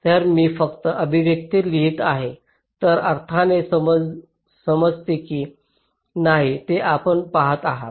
तर मी फक्त अभिव्यक्ती लिहित आहे त्या अर्थाने समजते की नाही ते आपण पहात आहात